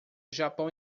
japão